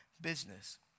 business